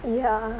ya